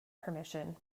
permission